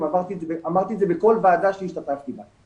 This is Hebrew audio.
אמרתי את זה בכל וועדה שהשתתפתי בה,